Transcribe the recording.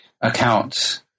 accounts